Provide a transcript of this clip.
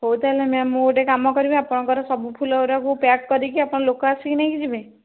ହଉ ତାହେଲେ ମ୍ୟାମ୍ ମୁଁ ଗୋଟିଏ କାମ କରିବି ଆପଣଙ୍କର ସବୁ ଫୁଲ ଗୁରାକୁ ପ୍ୟାକ୍ କରିକି ଆପଣ ଲୋକ ଆସିକି ନେଇକିଯିବେ